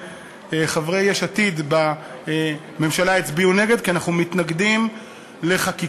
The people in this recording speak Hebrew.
וחברי יש עתיד בממשלה הצביעו נגד כי אנחנו מתנגדים לחקיקה